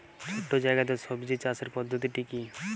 ছোট্ট জায়গাতে সবজি চাষের পদ্ধতিটি কী?